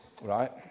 Right